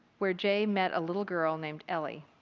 where john met a little girl named ellie,